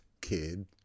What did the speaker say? kid